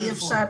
בסדר.